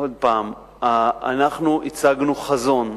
אנחנו הצגנו חזון.